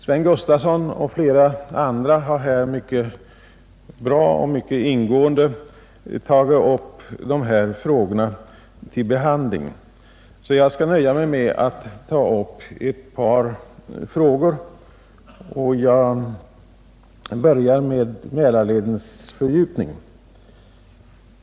Herr Gustafson i Göteborg och flera andra talare har här mycket bra och mycket ingående behandlat dessa frågor, så jag skall nöja mig med att ta upp ett par andra frågor. Jag börjar med Mälarledens fördjupning.